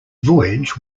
voyage